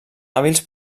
hàbils